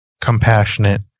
compassionate